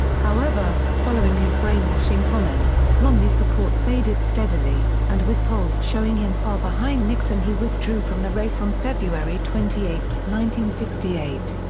however, following his brainwashing comment, romney's support faded steadily, and with polls showing him far behind nixon he withdrew from the race on february twenty eight, one sixty eight.